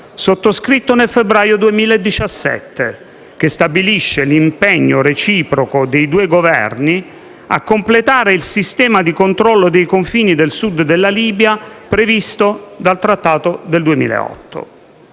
sottoscritto nel febbraio 2017, che stabilisce l'impegno reciproco dei due Governi a completare il sistema di controllo dei confini del sud della Libia previsto dal Trattato del 2008.